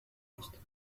portes